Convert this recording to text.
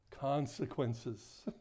consequences